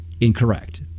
incorrect